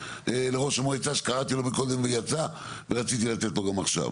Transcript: לראש המועצה שקראתי לו מקודם ויצא ורציתי לתת לו גם עכשיו.